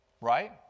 right